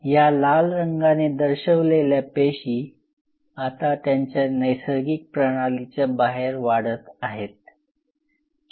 ह्या लाल रंगाने दर्शविलेल्या पेशी आता त्यांच्या नैसर्गिक प्रणालीच्या बाहेर वाढत आहेत